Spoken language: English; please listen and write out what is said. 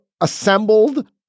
assembled